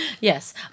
Yes